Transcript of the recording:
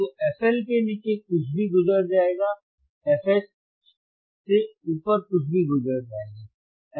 तो fL के नीचे कुछ भी गुजर जाएगा fH से ऊपर कुछ भी गुजर जाएगा